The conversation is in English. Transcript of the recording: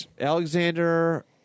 Alexander